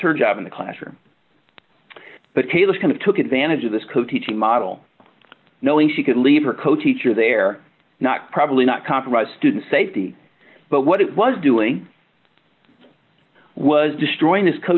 her job in the classroom but taylor kind of took advantage of this quote teaching model knowing she could leave her coach teacher there not probably not compromise student safety but what it was doing was destroying this co